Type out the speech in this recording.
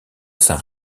saint